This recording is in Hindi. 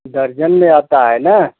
दर्जन में आता है ना